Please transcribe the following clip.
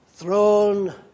throne